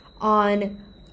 on